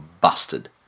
busted